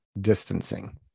distancing